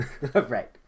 right